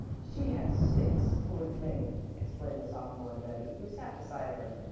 she had six, poor thing! explained the sophomore to betty, who sat beside her.